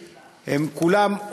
כולם,